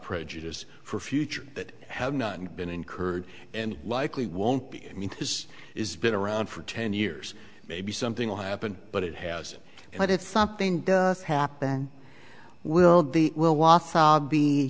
prejudice for future that have not been incurred and likely won't be i mean this is been around for ten years maybe something will happen but it hasn't and if something does happen will the will